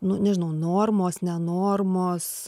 nu nežinau normos ne normos